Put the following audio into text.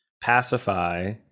pacify